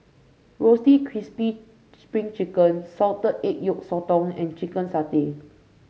Roasted Crispy Spring Chicken Salted Egg Yolk Sotong and Chicken Satay